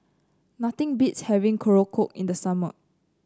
nothing beats having Korokke in the summer